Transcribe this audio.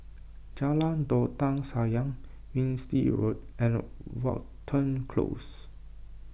Jalan Dondang Sayang Winstedt Road and Watten Close